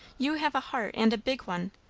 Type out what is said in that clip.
you have a heart, and a big one.